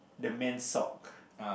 the man's sock